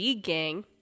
gang